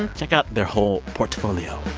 and check out their whole portfolio